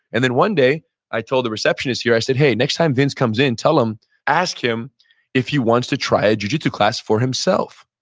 and then one day i told the receptionist here, i said, hey, next time vince comes in, tell him, ask him if he wants to try a jujitsu class for himself?